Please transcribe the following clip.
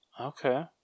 Okay